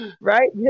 Right